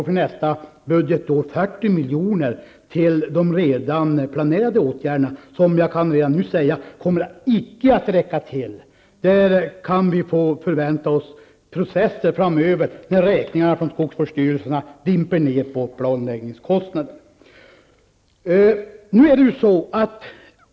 För nästa budgetår anslås 40 milj.kr. till de redan planerade åtgärderna. Jag kan redan nu säga att dessa inte kommer att räcka till. Vi kan framöver förvänta oss att räkningarna från skogsvårdsstyrelserna dimper ner på planläggningskostnaderna.